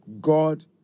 God